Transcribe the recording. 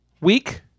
week